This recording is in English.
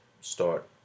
Start